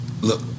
look